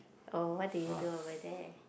oh what did you do over there